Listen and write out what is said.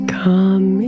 come